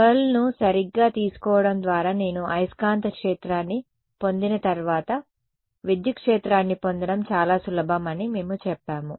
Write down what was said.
కర్ల్ను సరిగ్గా తీసుకోవడం ద్వారా నేను అయస్కాంత క్షేత్రాన్ని పొందిన తర్వాత విద్యుత్ క్షేత్రాన్ని పొందడం చాలా సులభం అని మేము చెప్పాము